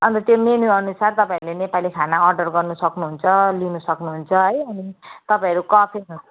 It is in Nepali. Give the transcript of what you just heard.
अन्त त्यो मेनुअनुसार तपाईँहरूले नेपाली खाना अर्डर गर्नु सक्नुहुन्छ लिनु सक्नुहुन्छ है अनि तपाईँहरू कफेरहरू